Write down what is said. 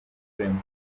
clement